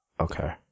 Okay